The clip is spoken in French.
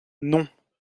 non